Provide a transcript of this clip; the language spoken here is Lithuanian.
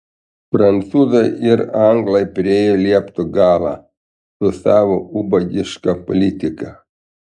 prancūzai ir anglai priėjo liepto galą su savo ubagiška politika